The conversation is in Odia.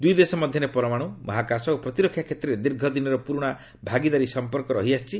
ଦୁଇ ଦେଶ ମଧ୍ୟରେ ପରମାଣୁ ମହାକାଶ ଓ ପ୍ରତିରକ୍ଷା କ୍ଷେତ୍ରରେ ଦୀର୍ଘ ଦିନର ପୁରୁଣା ଭାଗିଦାରୀ ସମ୍ପର୍କ ରହିଛି